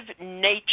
nature